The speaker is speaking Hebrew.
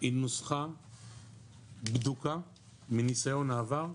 עם נוסחה בדוקה מנסיון העבר,